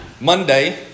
Monday